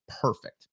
Perfect